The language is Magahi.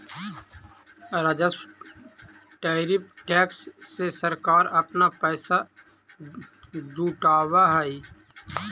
राजस्व टैरिफ टैक्स से सरकार अपना पैसा जुटावअ हई